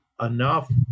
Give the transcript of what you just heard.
enough